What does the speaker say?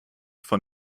von